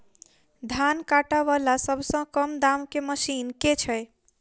धान काटा वला सबसँ कम दाम केँ मशीन केँ छैय?